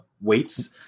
weights